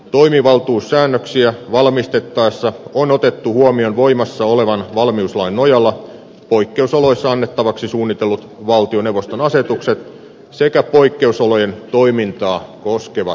toimivaltuussäännöksiä valmistettaessa on otettu huomioon voimassa olevan valmiuslain nojalla poikkeusoloissa annettavaksi suunnitellut valtioneuvoston asetukset sekä poikkeusolojen toimintaa koskevat suunnitelmat